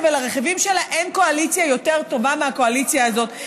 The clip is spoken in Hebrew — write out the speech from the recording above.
ולרכיבים שלה אין קואליציה יותר טובה מהקואליציה הזאת.